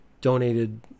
donated